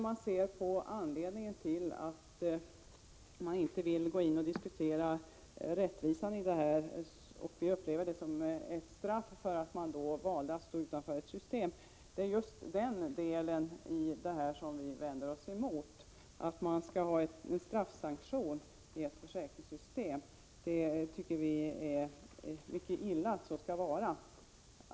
Majoriteten vill alltså inte diskutera den orättvisa som uppstår när människor, som vi upplever det, skall bestraffas för att de valt att stå utanför systemet. Man tillämpar på det sättet en straffsanktion i ett försäkringssystem, och det är just detta vi vänder oss emot.